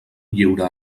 lliure